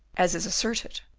as is asserted,